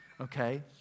okay